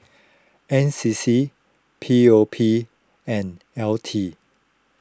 N C C P O P and L T